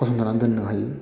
फसंथानानै दोननो हायो